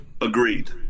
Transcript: Agreed